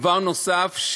דבר נוסף,